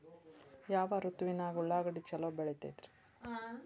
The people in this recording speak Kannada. ಯಾವ ಋತುವಿನಾಗ ಉಳ್ಳಾಗಡ್ಡಿ ಛಲೋ ಬೆಳಿತೇತಿ ರೇ?